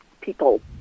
people